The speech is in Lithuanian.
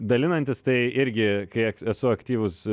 dalinantis tai irgi kai k esu aktyvus